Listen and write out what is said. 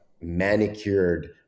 manicured